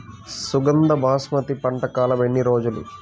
సుగంధ బాస్మతి పంట కాలం ఎన్ని రోజులు?